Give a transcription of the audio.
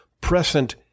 present